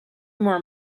more